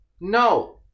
no